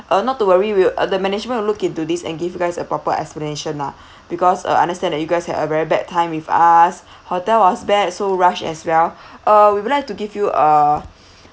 uh not to worry we'll uh the management will look into this and give you guys a proper explanation lah because uh understand that you guys had a very bad time with us hotel was bad so rushed as well uh we would like to give you uh